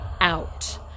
out